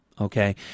okay